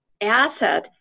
asset